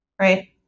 Right